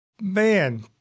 Man